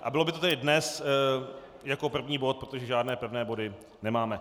A bylo by to tedy dnes jako první bod, protože žádné pevné body nemáme.